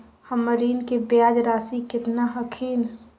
हमर ऋण के ब्याज रासी केतना हखिन?